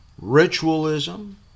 ritualism